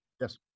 Yes